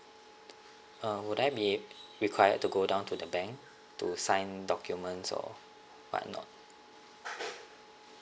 uh would I be required to go down to the bank to sign documents or what not